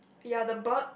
ya the bird